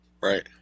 Right